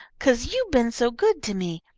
cause you've been so good to me.